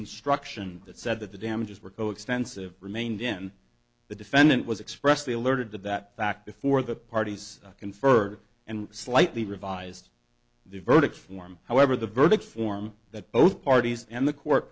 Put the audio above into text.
instruction that said that the damages were co extensive remained in the defendant was expressly alerted to that fact before the parties conferred and slightly revised the verdict form however the verdict form that both parties and the court